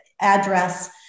address